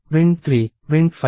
print 3 print 5